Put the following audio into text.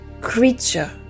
creature